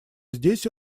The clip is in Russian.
здесь